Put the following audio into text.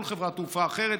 כל חברת תעופה אחרת,